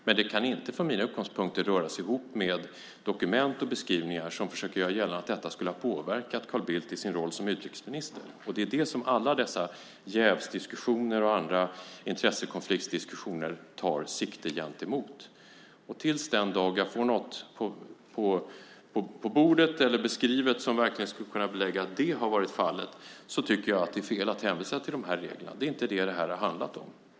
Men det kan inte från mina utgångspunkter röras ihop med dokument och beskrivningar som försöker göra gällande att detta skulle ha påverkat Carl Bildt i rollen som utrikesminister. Det är det som alla dessa jävsdiskussioner och andra intressekonfliktsdiskussioner tar sikte på. Tills den dag jag får något på bordet eller beskrivet för mig som verkligen skulle kunna belägga att detta har varit fallet så tycker jag att det är fel att hänvisa till de här reglerna. Det är inte det det här har handlat om.